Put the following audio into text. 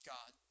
God